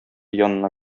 янына